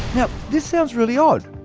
yeah this sounds really odd.